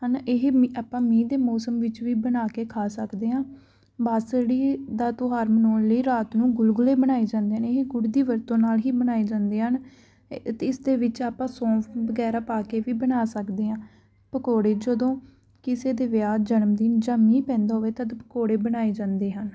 ਹਨ ਇਹ ਮੀ ਆਪਾਂ ਮੀਂਹ ਦੇ ਮੋਸਮ ਵਿੱਚ ਵੀ ਬਣਾ ਕੇ ਖਾ ਸਕਦੇ ਹਾਂ ਬਾਸੜੀ ਦਾ ਤਿਓਹਾਰ ਮਨਾਉਣ ਲਈ ਰਾਤ ਨੂੰ ਗੁਲਗੁਲੇ ਬਣਾਏ ਜਾਂਦੇ ਹਨ ਇਹ ਗੁੜ ਦੀ ਵਰਤੋਂ ਨਾਲ ਹੀ ਬਣਾਏ ਜਾਂਦੇ ਹਨ ਅਤੇ ਇਸਦੇ ਵਿੱਚ ਆਪਾਂ ਸੌਂਫ ਵਗੈਰਾ ਪਾ ਕੇ ਵੀ ਬਣਾ ਸਕਦੇ ਹਾਂ ਪਕੌੜੇ ਜਦੋਂ ਕਿਸੇ ਦੇ ਵਿਆਹ ਜਨਮਦਿਨ ਜਾਂ ਮੀਂਹ ਪੈਂਦਾ ਹੋਵੇ ਤਦ ਪਕੌੜੇ ਬਣਾਏ ਜਾਂਦੇ ਹਨ